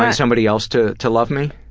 and somebody else to to love me?